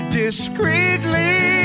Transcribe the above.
discreetly